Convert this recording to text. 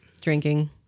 Drinking